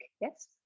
yes